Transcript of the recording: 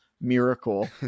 miracle